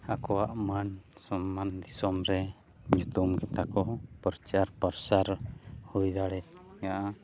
ᱟᱠᱚᱣᱟᱜ ᱢᱟᱹᱱ ᱥᱚᱱᱢᱟᱱ ᱫᱤᱥᱚᱢ ᱨᱮ ᱧᱩᱛᱩᱢ ᱜᱮᱛᱟ ᱠᱚ ᱯᱨᱚᱪᱟᱨ ᱯᱨᱚᱥᱟᱨ ᱦᱩᱭ ᱫᱟᱲᱮᱭᱟᱜᱼᱟ